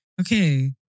Okay